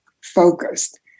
focused